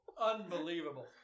Unbelievable